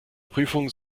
prüfung